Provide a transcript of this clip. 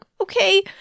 Okay